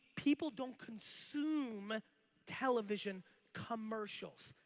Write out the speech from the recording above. people don't consume television commercials.